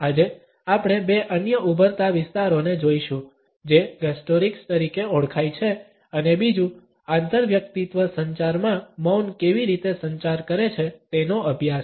આજે આપણે બે અન્ય ઉભરતા વિસ્તારોને જોઈશું જે ગસ્ટોરિક્સ તરીકે ઓળખાય છે અને બીજું આંતરવ્યક્તિત્વ સંચાર માં મૌન કેવી રીતે સંચાર કરે છે તેનો અભ્યાસ